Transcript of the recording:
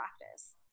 practice